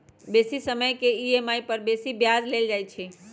बेशी समय के ई.एम.आई पर बेशी ब्याज लेल जाइ छइ